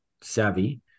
savvy